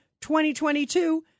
2022